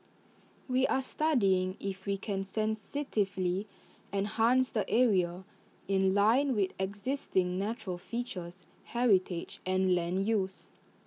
we are studying if we can sensitively enhance the area in line with existing natural features heritage and land use